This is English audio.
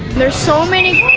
there's so many